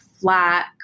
flat